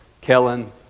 Kellen